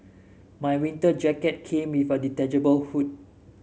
my winter jacket came with a detachable hood